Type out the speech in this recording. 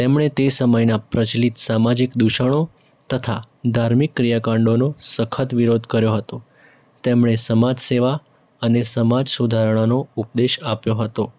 એમણે તે સમયનાં પ્રચલિત સામાજિક દૂષણો તથા ધાર્મિક ક્રિયાકાંડોનો સખત વિરોધ કર્યો હતો તેમણે સમાજ સેવા અને સમાજ સુધારણાનો ઉપદેશ આપ્યો હતો